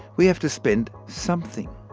we have to spend something.